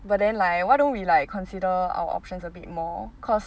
but then like why don't we like consider our options a bit more cause